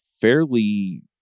fairly